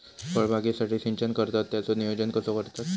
फळबागेसाठी सिंचन करतत त्याचो नियोजन कसो करतत?